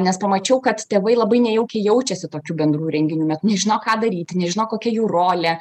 nes pamačiau kad tėvai labai nejaukiai jaučiasi tokių bendrų renginių net nežino ką daryti nežino kokia jų rolė